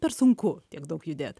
per sunku tiek daug judėt